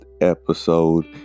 episode